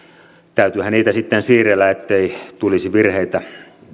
täytyyhän niitä sitten siirrellä ettei tulisi virheitä